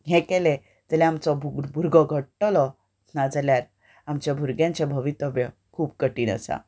हें केलें जाल्यार आमचो भुरगो घडटलो नाजाल्यार आमच्या भुरग्यांचें भवितव्य खूब कठीण आसा